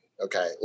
okay